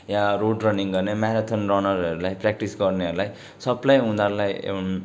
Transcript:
या road running गर्ने marathon रनरहरूलाई practice गर्नेहरूलाई सबलाई उनीहरूलाई